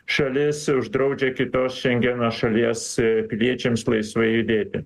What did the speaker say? šalis uždraudžia kitos šengeno šalies piliečiams aisvai judėti